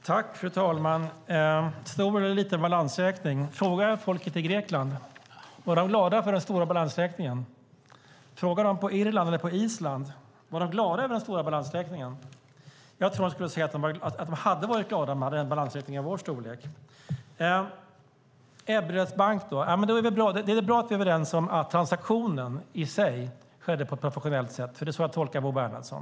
Fru talman! Stor eller liten balansräkning - fråga folket i Grekland! Var de glada för den stora balansräkningen? Fråga dem på Irland eller på Island! Var de glada över den stora balansräkningen? Jag tror att de skulle säga att de hade varit glada om de hade haft en balansräkning av vår storlek. När det gäller Ebberöds bank är det väl bra att vi är överens om att transaktionen i sig skedde på ett professionellt sätt. Det är så jag tolkar Bo Bernhardsson.